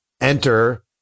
Enter